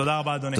תודה רבה, אדוני.